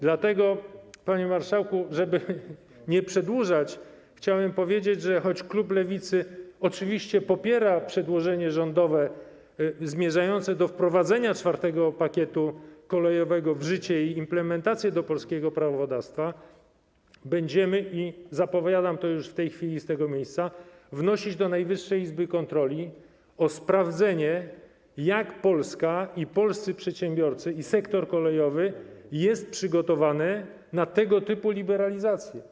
Dlatego, panie marszałku, żeby nie przedłużać, chciałem powiedzieć, że choć klub Lewicy oczywiście popiera przedłożenie rządowe zmierzające do wprowadzenia IV pakietu kolejowego w życie i implementację tego do polskiego prawodawstwa, będziemy - i zapowiadam to już w tej chwili z tego miejsca - wnosić do Najwyższej Izby Kontroli o sprawdzenie, jak Polska i polscy przedsiębiorcy, i sektor kolejowy są przygotowani na tego typu liberalizację.